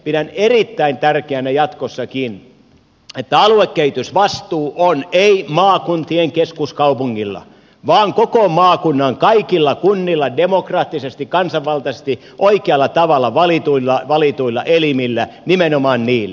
pidän erittäin tärkeänä jatkossakin että aluekehitysvastuu on ei maakuntien keskuskaupungilla vaan koko maakunnan kaikilla kunnilla demokraattisesti kansanvaltaisesti oikealla tavalla valituilla elimillä nimenomaan niillä